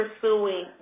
pursuing